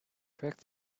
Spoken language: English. crack